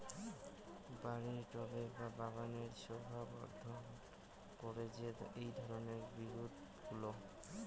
বাড়ির টবে বা বাগানের শোভাবর্ধন করে এই ধরণের বিরুৎগুলো